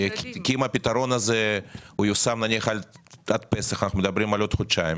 כי אם הפתרון הזה ייושם עד פסח אנחנו מדברים על עוד חודשיים